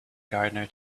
gardener